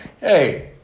Hey